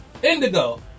Indigo